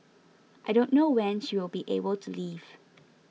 I don't know when she will be able to leave